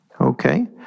Okay